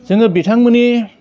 जोङो बिथांमोननि